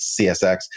CSX